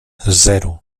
zero